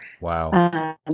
Wow